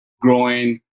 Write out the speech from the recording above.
growing